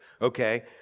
okay